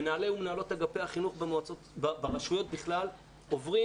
מנהלי ומנהלות אגפי החינוך ברשויות בכלל עוברים